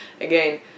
again